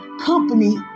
company